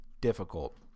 difficult